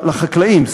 לחקלאים,